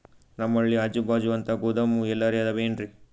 ನಮ್ ಹಳ್ಳಿ ಅಜುಬಾಜು ಅಂತ ಗೋದಾಮ ಎಲ್ಲರೆ ಅವೇನ್ರಿ?